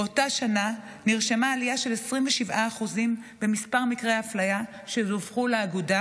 באותה שנה נרשמה עלייה של 27% במספר מקרי האפליה שדווחו לאגודה